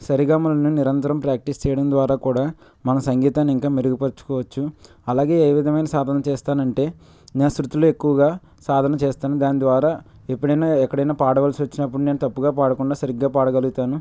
సరిగమలను నిరంతరం ప్రాక్టీస్ చేయడం ద్వారా కూడా మన సంగీతాన్ని ఇంకా మెరుగుపరచుకోవచ్చు అలాగే ఏ విధమైన సాధన చేస్తాను అంటే నా శృతులు ఎక్కువగా సాధన చేస్తాను దాని ద్వారా ఎప్పుడైనా ఎక్కడైనా పాడవలసి వచ్చినప్పుడు నేను తప్పుగా పాడకుండా సరిగ్గా పాడగలుగుతాను